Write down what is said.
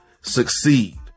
succeed